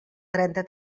trenta